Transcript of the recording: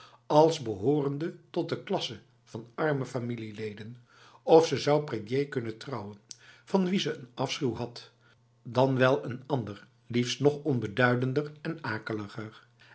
als behorende tot de klasse van arme familieleden of ze zou prédier kunnen trouwen van wie ze een afschuw had dan wel een ander liefst nog onbeduidender en akeligeif